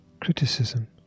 criticism